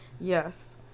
Yes